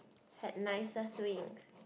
had nicer swings